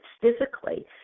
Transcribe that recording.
physically